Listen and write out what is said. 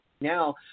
now